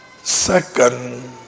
Second